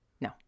no